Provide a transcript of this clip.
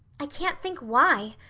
i can't think why.